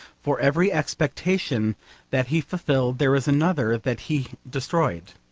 for every expectation that he fulfilled there was another that he destroyed.